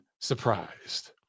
surprised